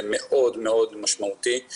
וזה מאוד-מאוד משמעותי.